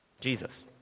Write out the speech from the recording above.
Jesus